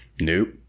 Nope